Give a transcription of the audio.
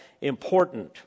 important